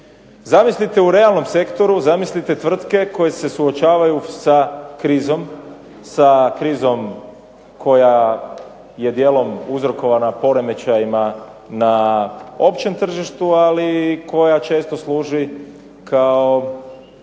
Zamislite u realnom sektoru, zamislite tvrtke koje se suočavaju sa krizom koja je djelom uzrokovana poremećajima na općem tržištu ali i koja često služi kao